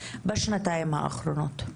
בשנתיים האחרונות.